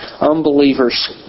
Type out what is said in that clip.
unbelievers